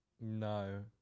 No